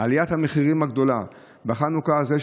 עליית המחירים הגדולה בחנוכה הזה,